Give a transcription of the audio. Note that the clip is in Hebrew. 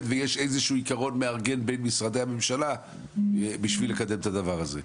ויש איזשהו עקרון מארגן בין משרדי הממשלה כדי לקדם את הנושא הזה.